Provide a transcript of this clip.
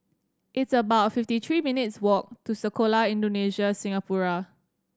it's about fifty three minutes' walk to Sekolah Indonesia Singapura